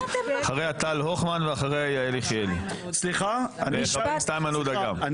אחריה טל הוכמן ואחריה יעל יחיאלי וחבר הכנסת איימן עודה גם.